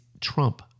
Trump